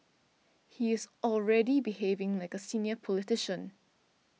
he is already behaving like a senior politician